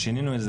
שינינו את זה,